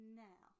now